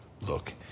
look